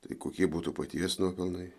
tai kokie būtų paties nuopelnai